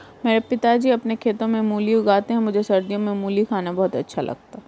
मेरे पिताजी अपने खेतों में मूली उगाते हैं मुझे सर्दियों में मूली खाना बहुत अच्छा लगता है